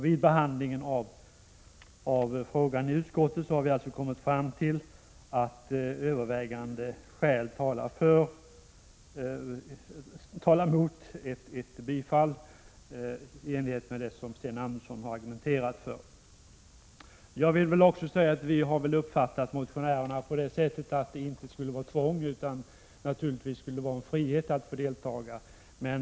Vid behandlingen i utskottet av frågan har vi alltså kommit fram till att övervägande skäl talar mot ett bifall. Jag vill också säga att vi har uppfattat motionärerna på det sättet att det inte skall råda något tvång utan att det naturligtvis skall vara frivilligt att delta.